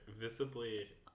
visibly